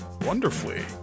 wonderfully